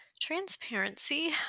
Transparency